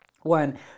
One